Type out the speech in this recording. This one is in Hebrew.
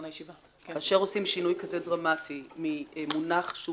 אבל כאשר עושים שינוי כזה דרמטי ממונח שהוא